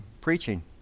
preaching